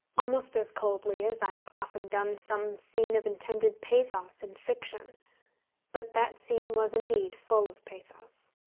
almost as coldly as i have often done some scene of intended pathos in fiction but that scene was indeed full of pathos.